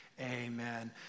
Amen